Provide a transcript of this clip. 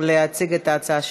להציג את ההצעה שלך.